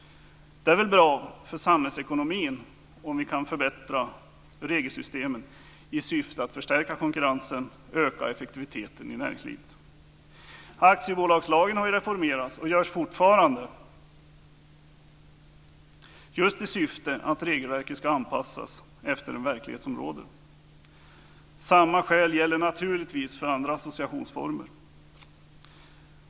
Det är väl bra för samhällsekonomin om vi kan förbättra regelsystemen i syfte att förstärka konkurrensen och öka effektiviteten i näringslivet. Aktiebolagslagen har ju reformerats och fortsätter att reformeras just i syfte att regelverket ska anpassas efter den verklighet som råder. Samma skäl gäller naturligtvis för andra associationsformer.